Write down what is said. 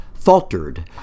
faltered